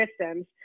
systems